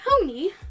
Tony